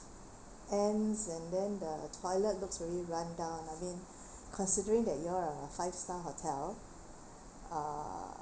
ants and then the toilet looks very run down I mean considering that you all are five star hotel ah